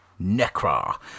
Necra